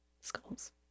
skulls